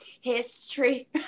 history